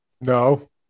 No